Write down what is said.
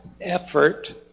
effort